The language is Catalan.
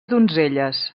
donzelles